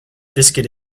biscuit